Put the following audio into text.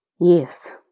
Yes